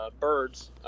birds